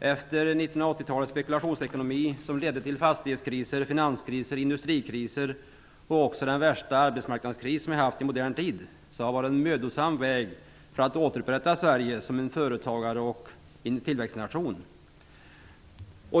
Efter 1980-talets spekulationsekonomi, som ledde till fastighetskriser, finanskriser, industrikriser samt också den värsta arbetsmarknadskris som vi haft i modern tid, har det varit en mödosam väg för att återupprätta Sverige som en företagar och tillväxtnation.